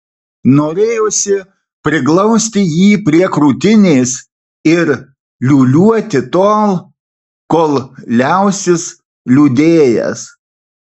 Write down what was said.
norėjosi priglausti jį prie krūtinės ir liūliuoti tol kol liausis liūdėjęs